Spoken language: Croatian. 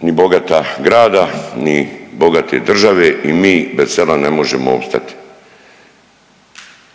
ni bogata grada, ni bogate države i mi bez sela ne možemo opstati.